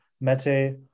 Mete